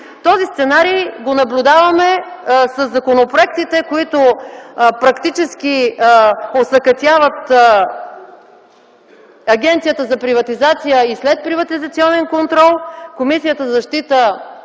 Този сценарий го наблюдаваме със законопроектите, които практически осакатяват Агенцията за приватизация и следприватизационен контрол, Комисията за защита